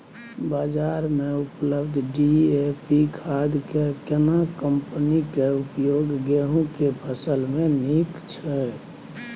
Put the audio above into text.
बाजार में उपलब्ध डी.ए.पी खाद के केना कम्पनी के उपयोग गेहूं के फसल में नीक छैय?